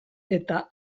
eta